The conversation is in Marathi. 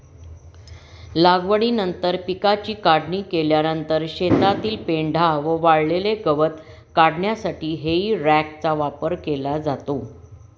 लागवडीनंतर पिकाची काढणी केल्यानंतर शेतातील पेंढा व वाळलेले गवत काढण्यासाठी हेई रॅकचा वापर केला जातो